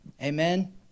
Amen